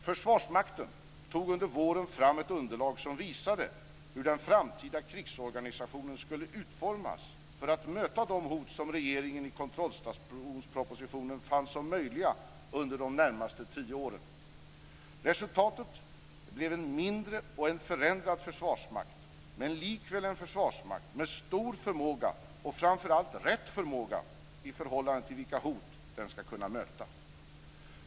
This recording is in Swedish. Försvarsmakten tog under våren fram ett underlag som visade hur den framtida krigsorganisationen skulle utformas för att möta de hot som regeringen i kontrollstationspropositionen fann som möjliga under de närmaste tio åren. Resultatet blev en mindre och en förändrad försvarsmakt, men likväl en försvarsmakt med stor förmåga, och framför allt rätt förmåga i förhållande till vilka hot den ska kunna möta.